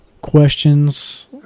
questions